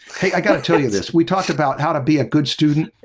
hey, i gotta tell you this we talked about how to be a good student.